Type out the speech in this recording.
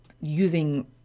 using